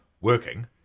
working